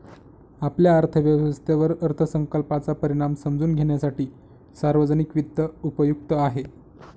आपल्या अर्थव्यवस्थेवर अर्थसंकल्पाचा परिणाम समजून घेण्यासाठी सार्वजनिक वित्त उपयुक्त आहे